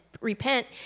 repent